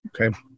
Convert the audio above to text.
Okay